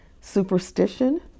superstition